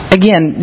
again